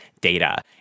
data